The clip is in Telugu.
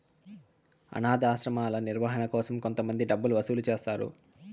అనాధాశ్రమాల నిర్వహణ కోసం కొంతమంది డబ్బులు వసూలు చేస్తారు